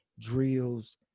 drills